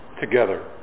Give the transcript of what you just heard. together